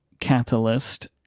Catalyst